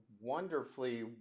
wonderfully